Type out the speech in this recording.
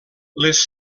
les